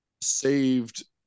saved